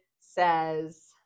says